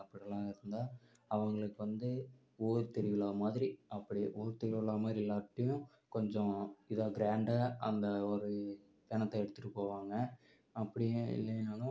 அப்படிலாம் இருந்தால் அவங்களுக்கு வந்து ஊர் திருவிழா மாதிரி அப்படி ஊர் திருவிழா மாதிரி இல்லாட்டியும் கொஞ்சம் இதாக கிராண்டா அந்த ஒரு பிணத்த எடுத்துட்டு போவாங்க அப்படியே இல்லைனாலும்